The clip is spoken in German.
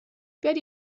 werde